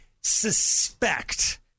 suspect